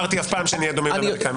פעם לא אמרתי שנהיה דומים לאמריקאים.